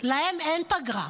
להם אין פגרה.